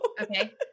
Okay